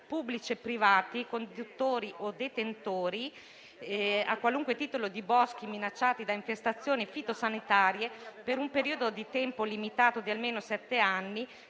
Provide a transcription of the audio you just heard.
pubblici e privati, conduttori o detentori a qualunque titolo di boschi minacciati da infestazioni fitosanitarie per un periodo di tempo limitato di almeno sette anni,